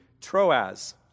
Troas